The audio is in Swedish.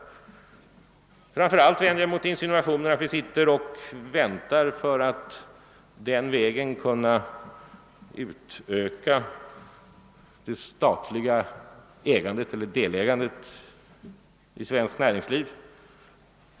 Framför allt vänder jag mig mot insinuationen att anledningen till att vi väntar skulle vara, att vi på det sättet anser oss kunna utöka det statliga delägandet i svenskt näringsliv.